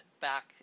back